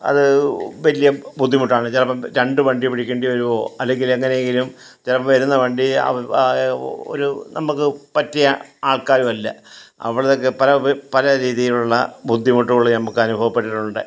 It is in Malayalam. അത് വലിയ ബുദ്ധിമുട്ടാണ് ചിലപ്പം രണ്ട് വണ്ടി പിടിക്കേണ്ടി വരുമോ അല്ലെങ്കിൽ എങ്ങനേങ്കിലും ചിലപ്പോൾ വരുന്ന വണ്ടി ഒരു നമുക്ക് പറ്റിയ ആൾക്കാരുമല്ല അപ്പോഴ്ത്തേക്ക് പല രീതിയിലുള്ള ബുദ്ധിമുട്ടുകൾ നമുക്ക് അനുഭവപ്പെട്ടിട്ടുണ്ട്